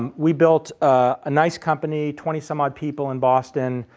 um we built a nice company, twenty some odd people in boston,